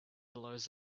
blows